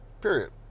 period